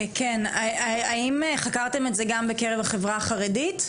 כן, האם חקרתם את זה גם בקרב החברה החרדית?